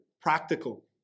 practical